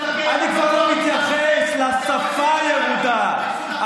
אני כבר לא מתייחס לשפה הירודה,